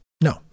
no